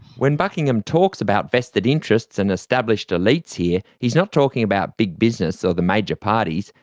when buckingham talks about vested interests and established elites here, he's not talking about big business or the major parties,